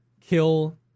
kill